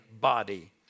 body